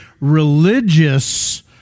religious